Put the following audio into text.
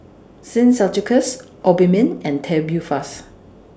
Sin Ceuticals Obimin and Tubifast